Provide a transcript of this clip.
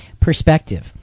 perspective